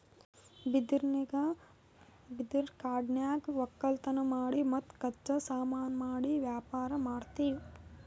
ಬಿದಿರಿನ್ ಕಾಡನ್ಯಾಗ್ ವಕ್ಕಲತನ್ ಮಾಡಿ ಮತ್ತ್ ಕಚ್ಚಾ ಸಾಮಾನು ಮಾಡಿ ವ್ಯಾಪಾರ್ ಮಾಡ್ತೀವಿ